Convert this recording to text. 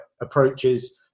approaches